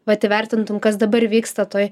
vat įvertintum kas dabar vyksta toj